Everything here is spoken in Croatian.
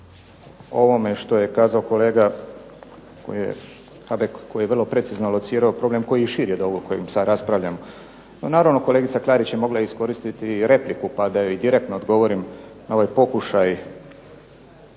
ovome što je kazao kolega Habek koji je vrlo precizno locirao problem koji je širi od ovog o kojem sad raspravljamo. No naravno, kolegica Klarić je mogla iskoristiti repliku pa da joj i direktno odgovorim na ovaj pokušaj